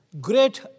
great